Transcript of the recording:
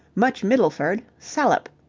much middleford, salop,